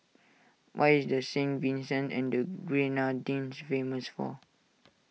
what is Saint Vincent and the Grenadines famous for